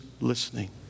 listening